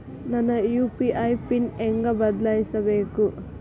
ನನ್ನ UPI pin ಹೆಂಗ್ ಬದ್ಲಾಯಿಸ್ಬೇಕು?